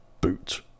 boot